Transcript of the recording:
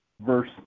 verse